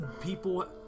people